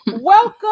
Welcome